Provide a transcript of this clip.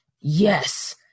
yes